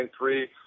three